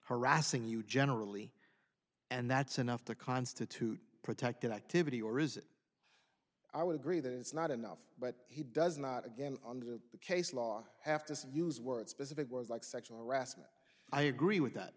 harassing you generally and that's enough to constitute protected activity or is it i would agree that it's not enough but he does not again under the case law have to use words specific words like sexual harassment i agree with that